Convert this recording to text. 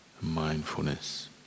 mindfulness